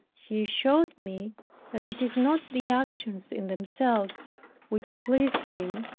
he showed me that it is not the actions in themselves which please him,